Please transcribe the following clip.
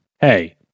Hey